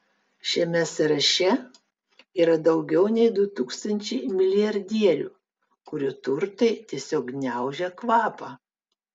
šiame sąraše yra daugiau nei du tūkstančiai milijardierių kurių turtai tiesiog gniaužia kvapą